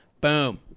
Boom